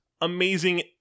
amazing